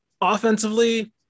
Offensively